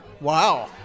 Wow